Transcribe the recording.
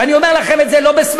ואני אומר לכם את זה לא בסברה,